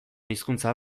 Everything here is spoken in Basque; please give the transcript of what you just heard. hizkuntza